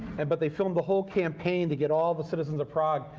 and but they filmed the whole campaign to get all the citizens of prague,